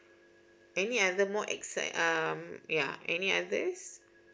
any other more exci~ uh ya any at this